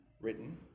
written